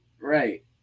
right